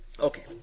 Okay